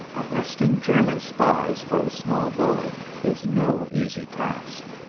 arresting german spies for a small boy is no easy task.